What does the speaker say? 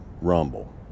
Rumble